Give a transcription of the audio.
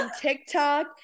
TikTok